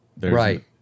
right